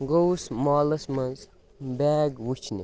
گوٚوُس مالس منٛز بیگ وٕچھنہِ